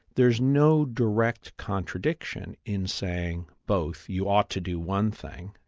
there's no direct contradiction in saying both you ought to do one thing,